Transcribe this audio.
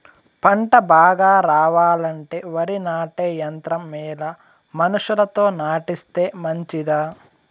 పంట బాగా రావాలంటే వరి నాటే యంత్రం మేలా మనుషులతో నాటిస్తే మంచిదా?